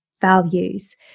values